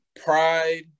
pride